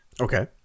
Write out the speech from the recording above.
Okay